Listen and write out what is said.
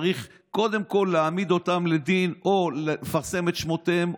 שצריך קודם כול להעמיד אותם לדין או לפרסם את שמותיהם,